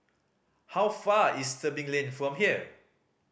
how far is Tebing Lane from here